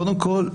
קודם כל,